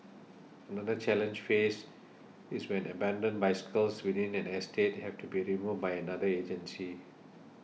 another challenge faced is when abandoned bicycles within an estate have to be removed by another agency